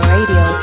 Radio